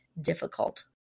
difficult